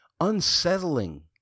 unsettling